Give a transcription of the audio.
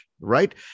right